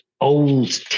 old